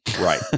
Right